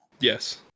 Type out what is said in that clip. Yes